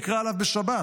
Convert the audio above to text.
נקרא עליו בשבת.